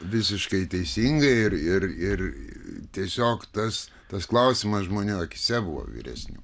visiškai teisinga ir ir tiesiog tas tas klausimas žmonių akyse buvo vyresnių